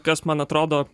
kas man atrodo